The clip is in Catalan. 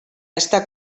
està